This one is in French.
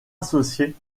associée